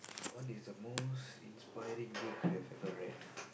what is the most inspiring book you have ever read